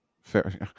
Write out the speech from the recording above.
fair